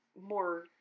more